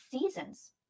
seasons